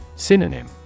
Synonym